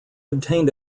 obtained